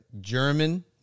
German